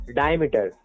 diameter